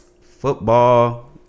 football